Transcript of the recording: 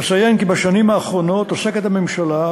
אציין כי בשנים האחרונות עוסקת הממשלה,